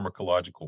pharmacological